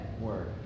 Word